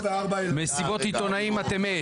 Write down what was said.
מסיבות עיתונאים אתם אש.